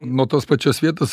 nuo tos pačios vietos